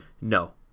No